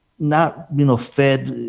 not, you know, fed,